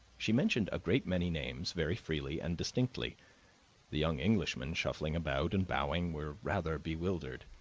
she mentioned a great many names very freely and distinctly the young englishmen, shuffling about and bowing, were rather bewildered.